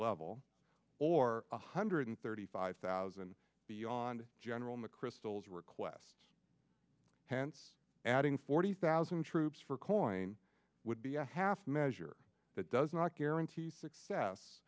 level or one hundred thirty five thousand beyond general mcchrystal is requests hence adding forty thousand troops for coin would be a half measure that does not guarantee success